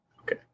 Okay